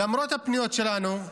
למרות הפניות שלנו,